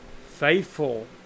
faithful